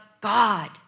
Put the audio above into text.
God